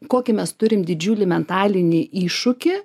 kokį mes turim didžiulį mentalinį iššūkį